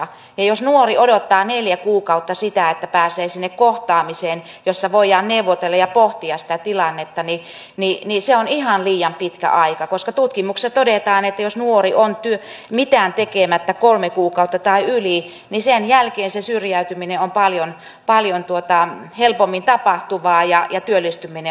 ja jos nuori odottaa neljä kuukautta sitä että pääsee sinne kohtaamiseen jossa voidaan neuvotella ja pohtia sitä tilannetta niin se on ihan liian pitkä aika koska tutkimuksessa todetaan että jos nuori on mitään tekemättä kolme kuukautta tai yli niin sen jälkeen se syrjäytyminen on paljon helpommin tapahtuvaa ja työllistyminen on sitä vaikeampaa